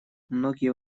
многие